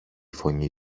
φωνή